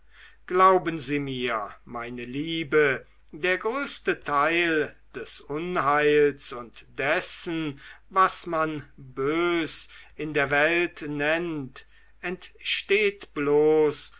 glauben sie mir meine liebe der größte teil des unheils und dessen was man bös in der welt nennt ensteht